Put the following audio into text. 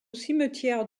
cimetière